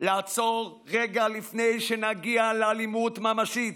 לעצור רגע לפני שנגיע לאלימות ממשית.